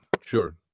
Sure